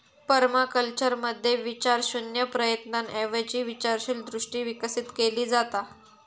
पर्माकल्चरमध्ये विचारशून्य प्रयत्नांऐवजी विचारशील दृष्टी विकसित केली जाता